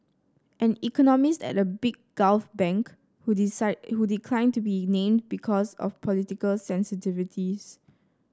an economist at a big Gulf bank who decided who declined to be named because of political sensitivities